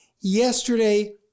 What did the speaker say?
yesterday